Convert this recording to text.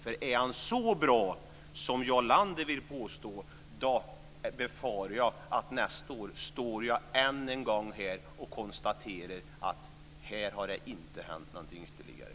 Om den är så bra som Jarl Lander påstår befarar jag att jag nästa år än en gång står här och konstaterar att det inte har hänt någonting ytterligare.